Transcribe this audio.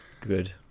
good